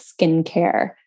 skincare